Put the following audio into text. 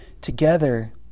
together